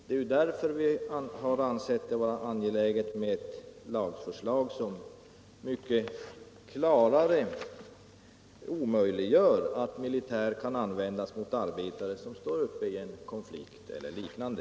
Det är därför vi har ansett det vara angeläget med ett lagförslag som mycket klarare omöjliggör att militär används mot arbetare som står uppe i en konflikt eller liknande.